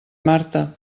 marta